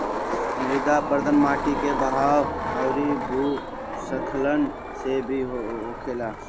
मृदा अपरदन माटी के बहाव अउरी भू स्खलन से भी होखेला